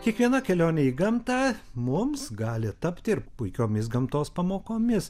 kiekviena kelionė į gamtą mums gali tapti ir puikiomis gamtos pamokomis